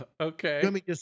Okay